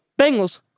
Bengals